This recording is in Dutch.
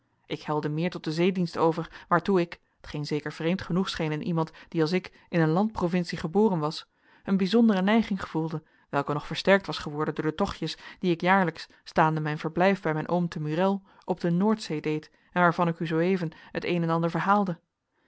ik helde meer tot den zeedienst over waartoe ik t geen zeker vreemd genoeg scheen in iemand die als ik in een landprovincie geboren was een bijzondere neiging gevoelde welke nog versterkt was geworden door de tochtjes die ik jaarlijks staande mijn verblijf bij mijn oom te murél op de noordzee deed en waarvan ik u zooeven het een en ander verhaalde